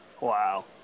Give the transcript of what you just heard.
Wow